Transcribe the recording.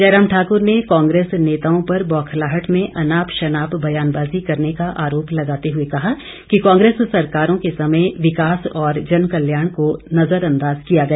जयराम ठाकुर ने कांग्रेस नेताओं पर बौखलाहट में अनापशनाप बयानबाजी करने का आरोप लगाते हुए कहा कि कांग्रेस सरकारों के समय विकास और जनकल्याण को नजरअंदाज किया गया